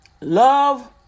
love